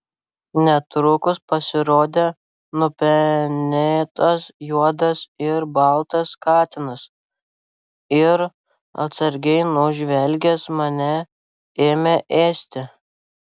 netrukus pasirodė nupenėtas juodas ir baltas katinas ir atsargiai nužvelgęs mane ėmė ėsti